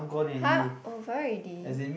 !huh! over already